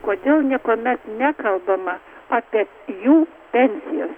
kodėl niekuomet nekalbama apie jų pensijas